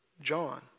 John